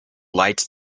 lights